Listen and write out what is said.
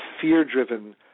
fear-driven